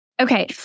Okay